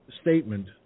statement